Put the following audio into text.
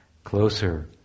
Closer